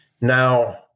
Now